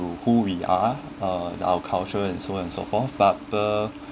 to who we are uh the our culture and so on and so forth but the